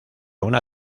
una